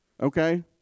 okay